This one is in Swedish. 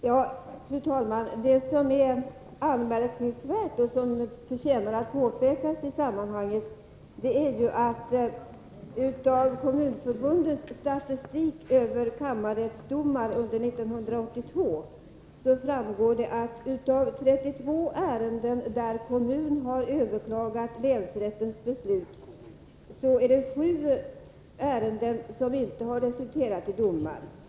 Fru talman! Något som är anmärkningsvärt och som förtjänar att påpekas i sammanhanget är att det av Kommunförbundets statistik över kammarrättsdomar under 1982 framgår att av 32 ärenden där en kommun har överklagat länsrättens beslut har 7 ärenden inte resulterat i domar.